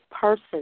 person